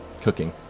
cooking